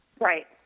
Right